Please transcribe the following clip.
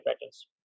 patterns